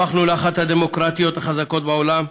הפכנו לאחת הדמוקרטיות החזקות בעולם,